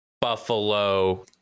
buffalo